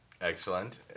Excellent